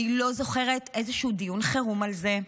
אני לא זוכרת איזשהו דיון חירום על זה.